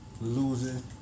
Losing